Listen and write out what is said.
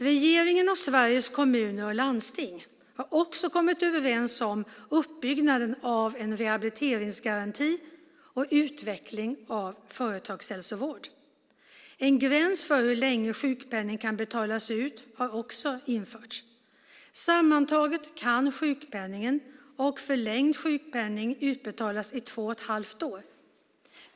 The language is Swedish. Regeringen och Sveriges Kommuner och Landsting har också kommit överens om uppbyggnaden av en rehabiliteringsgaranti och utveckling av företagshälsovården. En gräns för hur länge sjukpenning kan utbetalas har även införts. Sammantaget kan sjukpenning och förlängd sjukpenning utbetalas i två och ett halvt år.